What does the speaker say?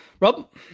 Rob